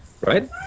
right